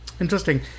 Interesting